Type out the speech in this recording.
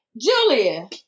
Julia